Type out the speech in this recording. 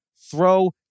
throw